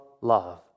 love